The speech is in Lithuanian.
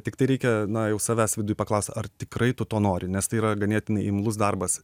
tiktai reikia na jau savęs viduj paklaust ar tikrai tu to nori nes tai yra ganėtinai imlus darbas